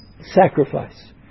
sacrifice